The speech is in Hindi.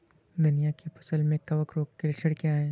धनिया की फसल में कवक रोग के लक्षण क्या है?